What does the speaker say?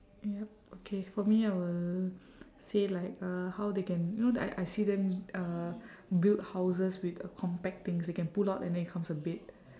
yup okay for me I will say like uh how they can you know I I see them uh build houses with a compact things they can pull out and then it becomes a bed